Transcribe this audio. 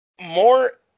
More